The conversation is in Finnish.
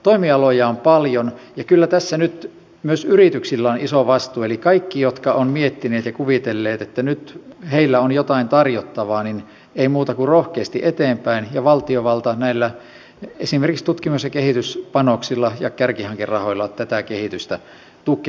toimialoja on paljon ja kyllä tässä nyt myös yrityksillä on iso vastuu eli kaikki jotka ovat miettineet ja kuvitelleet että nyt heillä on jotain tarjottavaa niin ei muuta kuin rohkeasti eteenpäin ja valtiovalta esimerkiksi näillä tutkimus ja kehityspanoksilla ja kärkihankerahoilla tätä kehitystä tukee